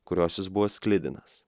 kurios jis buvo sklidinas